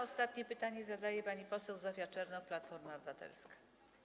Ostatnie pytanie zadaje pani poseł Zofia Czernow, Platforma Obywatelska.